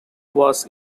was